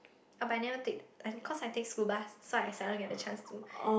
oh but I never take and cause I take school bus so I seldom get the chance to